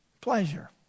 Pleasure